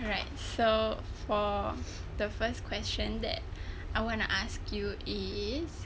alright so for the first question that I wanna ask you is